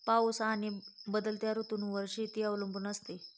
पाऊस आणि बदलत्या ऋतूंवर शेती अवलंबून असते